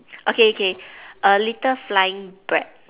okay okay a little flying bread